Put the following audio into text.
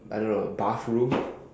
I don't know bathroom